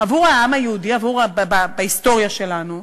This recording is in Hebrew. עבור העם היהודי בהיסטוריה שלנו.